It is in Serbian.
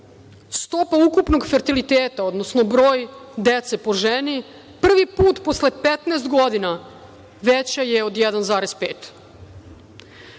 Stopa ukupnog fertiliteta, odnosno broj dece po ženi, prvi put posle 15 godina veća je od